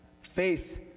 Faith